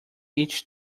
each